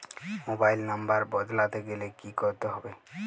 Mobile number বদলাতে গেলে কি করতে হবে?